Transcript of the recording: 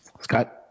Scott